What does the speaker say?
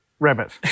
Rabbits